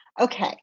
Okay